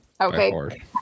okay